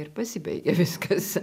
ir pasibaigė viskas